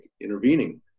intervening